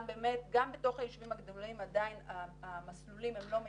גם בתוך הישובים הגדולים עדיין המסלולים הם לא מיטביים,